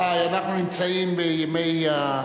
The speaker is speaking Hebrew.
אנחנו נמצאים בימי,